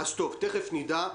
תיכף נדע.